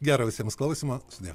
gero visiems klausimo sudie